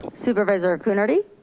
supervisor coonerty?